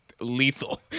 lethal